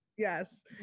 Yes